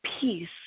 peace